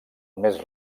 més